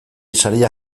saria